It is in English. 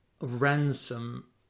ransom